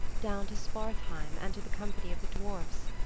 down to svartheim and to the company of the dwarfs.